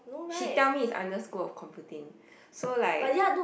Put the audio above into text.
she tell me it's under school of computing so like